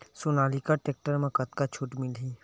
Sonalika tractor म कतका छूट मिलही?